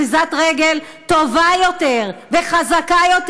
אחיזת רגל טובה יותר וחזקה יותר,